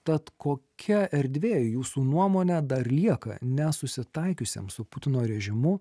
tad kokia erdvė jūsų nuomone dar lieka nesusitaikiusiam su putino režimu